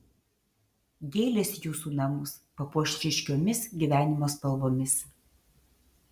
gėlės jūsų namus papuoš ryškiomis gyvenimo spalvomis